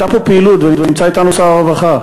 הייתה פה פעילות, ונמצא אתנו שר הרווחה,